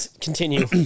continue